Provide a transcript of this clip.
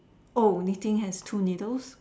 oh knitting has two needles